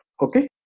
okay